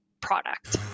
product